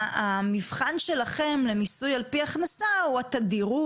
המבחן שלכם למיסוי על-פי הכנסה הוא התדירות,